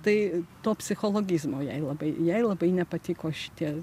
tai to psichologizmo jai labai jai labai nepatiko šitie